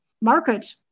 market